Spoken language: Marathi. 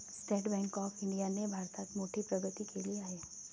स्टेट बँक ऑफ इंडियाने भारतात मोठी प्रगती केली आहे